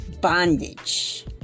bondage